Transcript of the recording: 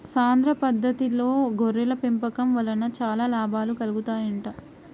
సాంద్ర పద్దతిలో గొర్రెల పెంపకం వలన చాలా లాభాలు కలుగుతాయంట